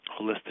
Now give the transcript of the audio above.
holistic